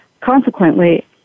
consequently